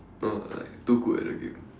no like too good at the game